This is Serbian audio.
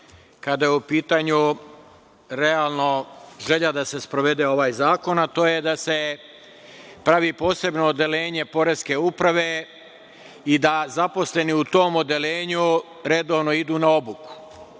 kada je u pitanju realno želja da se sprovede ovaj zakon, a to je da se pravi posebno odeljenje Poreske uprave i da zaposleni u tom odeljenju redovno idu na obuku. Više